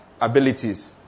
abilities